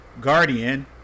Guardian